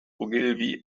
ogilvy